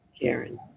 Karen